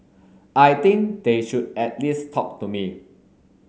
I think they should at least talk to me